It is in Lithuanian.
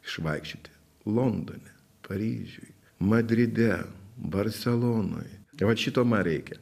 išvaikščioti londone paryžiuj madride barselonoj tai vat šito ma reikia